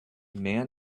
man